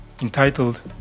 entitled